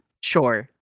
Sure